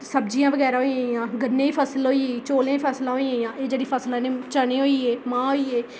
ते सब्जियां बगैरा होइयां गन्ने दी फसल होई चौलें दी फसलां होइयां एह् जेह्ड़ियां फसलां न चने होइए मांह् होई गे